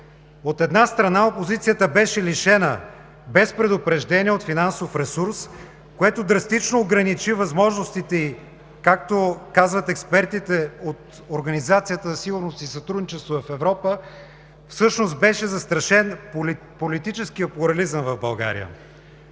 От една страна, опозицията беше лишена без предупреждение от финансов ресурс, което драстично ограничи възможностите ѝ. Както казват експертите от Организацията за сигурност и сътрудничество в Европа: всъщност беше застрашен политическият плурализъм в България.